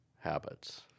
habits